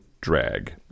drag